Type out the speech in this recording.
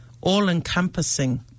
all-encompassing